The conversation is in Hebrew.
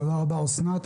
תודה רבה, אסנת.